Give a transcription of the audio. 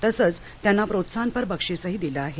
तसच त्यांना प्रोत्साहनपर बक्षीसही दिलं आहे